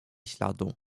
śladu